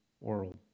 world